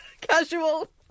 Casual